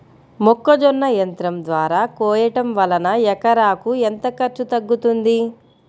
మొక్కజొన్న యంత్రం ద్వారా కోయటం వలన ఎకరాకు ఎంత ఖర్చు తగ్గుతుంది?